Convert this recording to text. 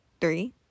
Three